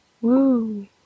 Woo